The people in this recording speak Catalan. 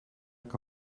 que